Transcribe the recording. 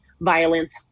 violence